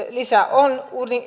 on